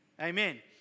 Amen